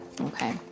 Okay